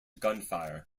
gunfire